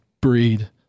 breed